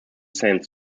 saint